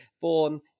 Born